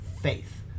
faith